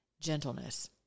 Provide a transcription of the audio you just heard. gentleness